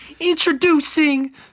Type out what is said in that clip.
Introducing